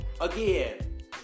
again